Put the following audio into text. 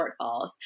shortfalls